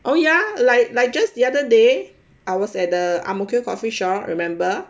oh ya like like just the other day I was at the ang mo kio coffeeshop remember